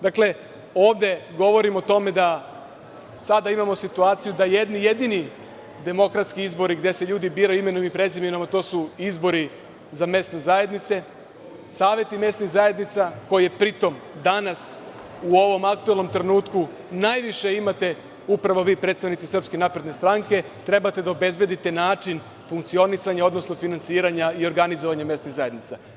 Dakle, ovde govorim o tome da sada imamo situaciju da jedni jedini demokratski izbori gde se ljudi biraju imenom i prezimenom, a to su izbori za mesne zajednice, saveti mesnih zajednica koje danas, u ovom aktuelnom trenutku, najviše imate upravo vi, predstavnici SNS, treba da obezbedite način funkcionisanja, odnosno finansiranja i organizovanja mesnih zajednica.